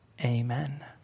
amen